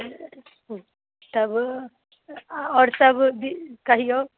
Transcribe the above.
काहेला चुप छी तब आओर सब भी कहिऔ